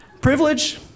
Privilege